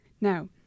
Now